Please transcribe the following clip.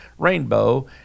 rainbow